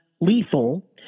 lethal